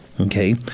okay